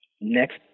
Next